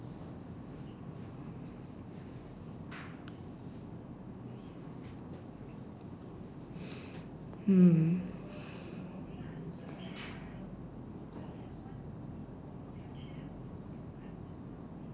mm